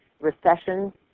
recession